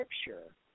scripture